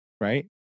right